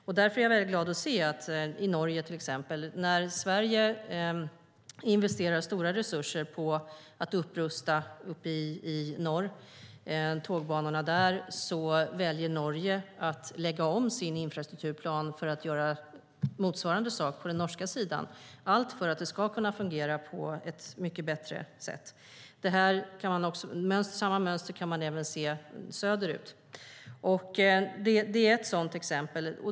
Jag har blivit glad att se att när Sverige investerar stora resurser för att rusta upp tågbanorna i norr väljer Norge att lägga om sin infrastrukturplan för att göra motsvarande sak på den norska sidan - allt för att det ska fungera bättre. Samma mönster kan vi även se söder ut.